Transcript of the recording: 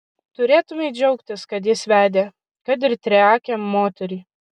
turėtumei džiaugtis kad jis vedė kad ir triakę moterį